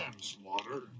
Slaughter